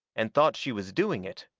and thought she was doing it.